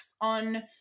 on